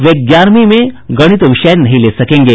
वे ग्यारहवीं में गणित विषय नहीं ले सकेंगे